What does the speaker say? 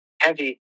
heavy